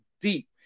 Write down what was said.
deep